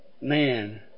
man